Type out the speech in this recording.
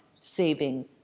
saving